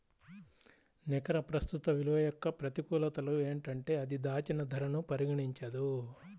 నికర ప్రస్తుత విలువ యొక్క ప్రతికూలతలు ఏంటంటే అది దాచిన ధరను పరిగణించదు